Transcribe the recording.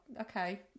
okay